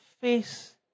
face